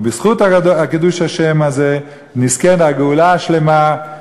ובזכות קידוש השם הזה נזכה לגאולה השלמה,